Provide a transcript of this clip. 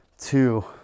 two